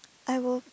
I will